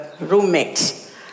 roommates